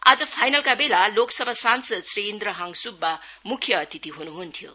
आज फाइनल का बेला लोकसभा सांसद श्री इन्द्रहाङ सुब्बा मुख्य अतिथि हुनुहुन्थ्यो